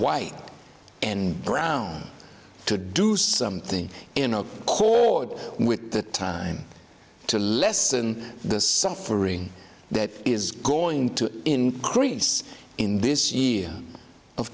white and brown to do something in a chord with the time to lessen the suffering that is going to increase in this year of